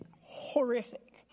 horrific